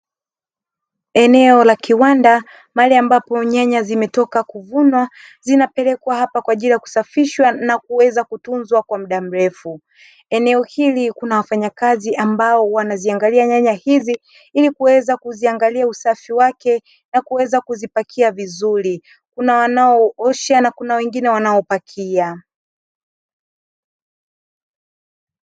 Eneo la kiwanda mahali ambapo nyanya zimetoka kuvunwa zinapelekwa hapa kwa ajili ya kusafishwa na kuweza kutunzwa kwa muda mrefu, eneo hili kuna wafanyakazi ambao wanaziangalia nyanya hizi ili kuweza kuziangalia usafi wake na kuweza kuzipakia vizuri kuna wanao osha na kuna wengine wanaopakia.